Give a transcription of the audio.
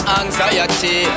anxiety